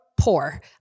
poor